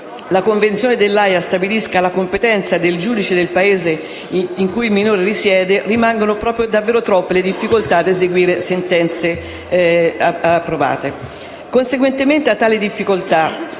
la Convenzione dell'Aja stabilisca la competenza del giudice del Paese in cui il minore risiede, rimangono davvero troppe le difficoltà ad eseguire le sentenze approvate. Conseguentemente a tali difficoltà,